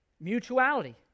Mutuality